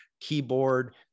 keyboard